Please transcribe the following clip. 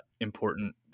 important